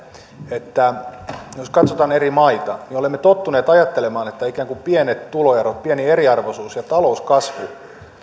että jos katsotaan eri maita niin olemme tottuneet ajattelemaan että ikään kuin pienet tuloerot ja pieni eriarvoisuus sekä talouskasvu